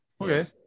Okay